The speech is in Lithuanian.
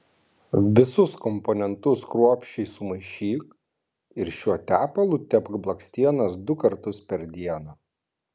visus komponentus kruopščiai sumaišyk ir šiuo tepalu tepk blakstienas du kartus per dieną